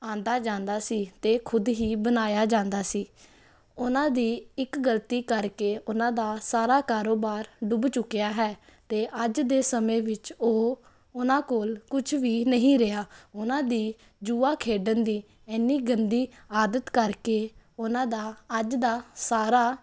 ਆਂਦਾ ਜਾਂਦਾ ਸੀ ਅਤੇ ਖੁਦ ਹੀ ਬਣਾਇਆ ਜਾਂਦਾ ਸੀ ਉਹਨਾਂ ਦੀ ਇੱਕ ਗਲਤੀ ਕਰਕੇ ਉਹਨਾਂ ਦਾ ਸਾਰਾ ਕਾਰੋਬਾਰ ਡੁੱਬ ਚੁੱਕਿਆ ਹੈ ਅਤੇ ਅੱਜ ਦੇ ਸਮੇਂ ਵਿੱਚ ਉਹ ਉਹਨਾਂ ਕੋਲ ਕੁਝ ਵੀ ਨਹੀਂ ਰਿਹਾ ਉਹਨਾਂ ਦੀ ਜੂਆ ਖੇਡਣ ਦੀ ਇੰਨੀ ਗੰਦੀ ਆਦਤ ਕਰਕੇ ਉਹਨਾਂ ਦਾ ਅੱਜ ਦਾ ਸਾਰਾ